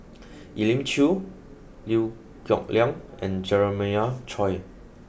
Elim Chew Liew Geok Leong and Jeremiah Choy